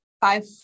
five